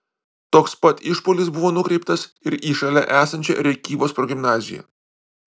toks pat išpuolis buvo nukreiptas ir į šalia esančią rėkyvos progimnaziją